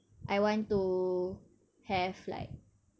I want to have like